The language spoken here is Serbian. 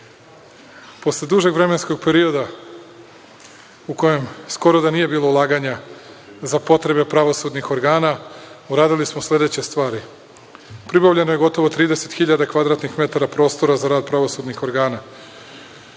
dužeg vremenskog perioda, u kojem skoro da nije bilo ulaganja za potrebe pravosudnih organa, uradili smo sledeće stvari. Pribavljeno je gotovo 30.000 kvadratnih metara prostora za rad pravosudnih organa.